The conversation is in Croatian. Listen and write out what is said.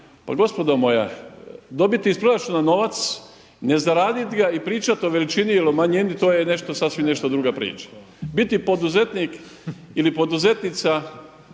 Pa gospodo moja pa dobiti iz proračuna novac, ne zaradit ga i pričat o većini il o manjini to je nešto sasvim nešto druga priča. Biti poduzetnik ili poduzetnica